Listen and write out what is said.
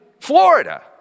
Florida